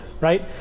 right